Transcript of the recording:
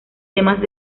temas